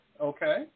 okay